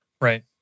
Right